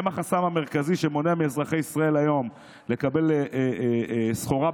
הם החסם המרכזי שמונע מאזרחי ישראל לקבל היום סחורה,